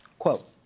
quote,